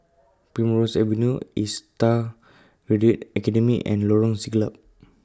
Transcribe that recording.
Primrose Avenue ASTAR Academy and Lorong Siglap